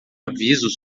avisos